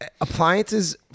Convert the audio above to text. appliances